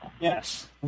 Yes